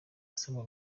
asabwa